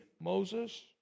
Moses